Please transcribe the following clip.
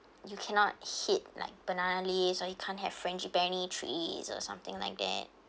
you cannot hit like banana leaves or you can't have frangipani trees or something like that